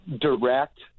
direct